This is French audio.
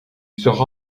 sera